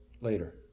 later